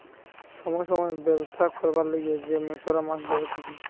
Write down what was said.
সময় সময় ব্যবছা করবার লিগে যে মেছোরা মাছ ধরতিছে